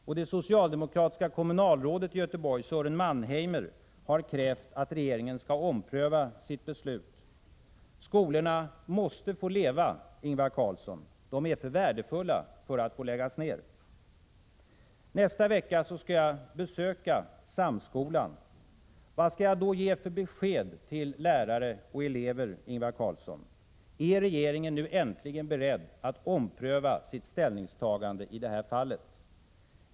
Och det socialdemokratiska kommunalrådet i Göteborg Sören Mannheimer har krävt att regeringen skall ompröva sitt beslut. Skolorna måste få leva, Ingvar Carlsson. De är för värdefulla för att få läggas ned. Nästa vecka skall jag besöka Samskolan. Vad skall jag då ge för besked till lärare och elever, Ingvar Carlsson? Är regeringen nu äntligen beredd att ompröva sitt ställningstagande i det här fallet?